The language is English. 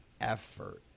effort